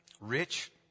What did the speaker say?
rich